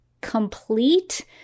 complete